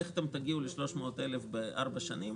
איך אתם תגיעו ל-300,000 בארבע שנים?